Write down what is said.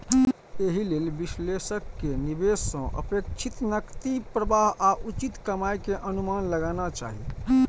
एहि लेल विश्लेषक कें निवेश सं अपेक्षित नकदी प्रवाह आ उचित कमाइ के अनुमान लगाना चाही